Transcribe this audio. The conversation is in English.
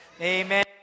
amen